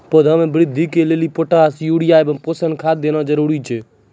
पौधा मे बृद्धि के लेली पोटास यूरिया एवं पोषण खाद देना जरूरी छै?